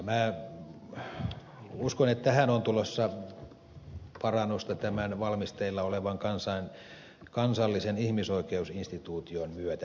minä uskon että tähän on tulossa parannusta tämän valmisteilla olevan kansallisen ihmisoikeusinstituution myötä